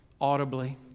audibly